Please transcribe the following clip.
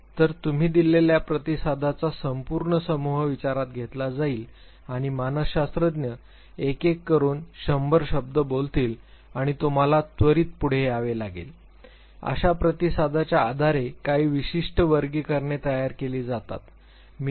तर तुम्ही दिलेल्या प्रतिसादाचा संपूर्ण समूह विचारात घेतला जाईल आणि मानसशास्त्रज्ञ एक एक करून शंभर शब्द बोलतील आणि तुम्हाला त्वरित पुढे यावे लागेल अशा प्रतिसादाच्या आधारे काही विशिष्ट वर्गीकरणे तयार केली जातात मी म्हणेन